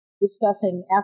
discussing